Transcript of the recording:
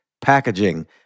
packaging